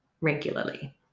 regularly